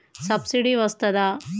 Subsidy వస్తదా?